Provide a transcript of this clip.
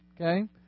Okay